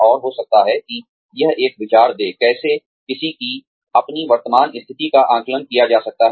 और हो सकता है कि यह एक विचार दे कैसे किसी की अपनी वर्तमान स्थिति का आकलन किया जा सकता है